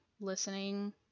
listening